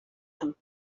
him